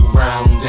round